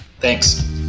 Thanks